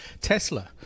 Tesla